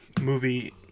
movie